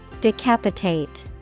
Decapitate